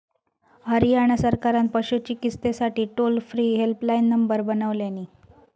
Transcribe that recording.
हरयाणा सरकारान पशू चिकित्सेसाठी टोल फ्री हेल्पलाईन नंबर बनवल्यानी